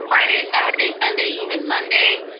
friday, saturday, sunday, even monday.